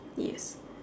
yes